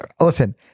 Listen